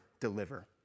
deliver